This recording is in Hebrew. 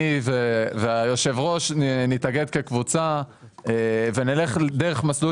אני ויושב הראש נתאגד כקבוצה ונלך דרך מסלול